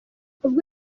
ubwo